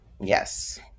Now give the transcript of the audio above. Yes